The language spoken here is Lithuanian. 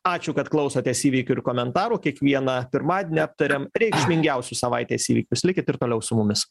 ačiū kad klausotės įvykių ir komentarų kiekvieną pirmadienį aptariam reikšmingiausius savaitės įvykius likit ir toliau su mumis